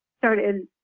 started